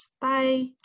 bye